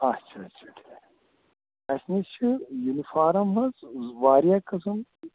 اچھا اچھا ٹھیٖک اَسہِ نِش چھِ یوٗنِفارَم حظ واریاہ قٕسمہٕ